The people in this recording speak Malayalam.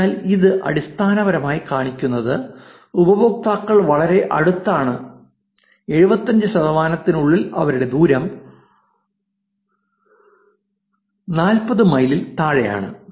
അതിനാൽ ഇത് അടിസ്ഥാനപരമായി കാണിക്കുന്നത് ഉപയോക്താക്കൾ വളരെ അടുത്താണ് 75 ശതമാനത്തിനുള്ളിൽ അവരുടെ ദൂരം 40 മൈലിൽ താഴെയാണ്